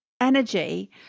energy